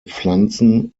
pflanzen